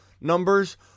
numbers